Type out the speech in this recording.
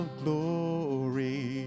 glory